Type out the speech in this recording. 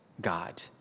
God